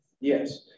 yes